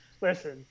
listen